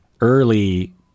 early